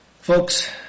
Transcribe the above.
Folks